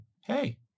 hey